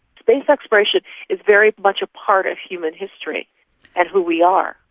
space exploration is very much a part of human history and who we are.